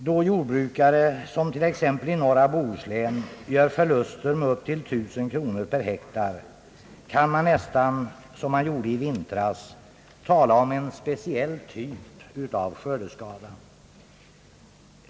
Då jordbrukare, som t.ex. i norra Bohuslän, gör förluster med upp till 1000 kronor per hektar kan man nästan — som man gjorde i vintras — tala om »en speciell typ av skördeskada».